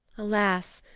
alas!